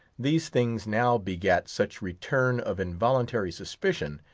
these things now begat such return of involuntary suspicion,